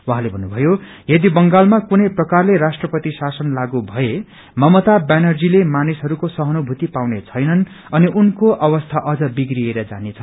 उहाँले भन्नुयो यदि बंगालमा कुनै प्रकारले राष्ट्रपति शासन लागू भए ममता व्यानर्जीले मानिसहरूको सहानुभूति पाउने छैननु अनि उनको अवस्था अम्न बिप्रिएर जानेछ